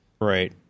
right